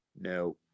No